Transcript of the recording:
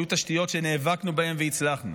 היו תשתיות שנאבקנו בהן והצלחנו.